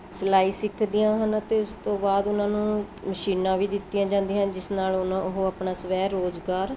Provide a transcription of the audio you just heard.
ਸਿਲਾਈ ਸਿੱਖਦੀਆਂ ਹਨ ਅਤੇ ਉਸ ਤੋਂ ਬਾਅਦ ਉਹਨਾਂ ਨੂੰ ਮਸ਼ੀਨਾਂ ਵੀ ਦਿੱਤੀਆਂ ਜਾਂਦੀਆਂ ਜਿਸ ਨਾਲ ਉਹਨਾਂ ਉਹ ਆਪਣਾ ਸਵੈ ਰੋਜ਼ਗਾਰ